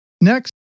Next